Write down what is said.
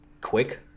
quick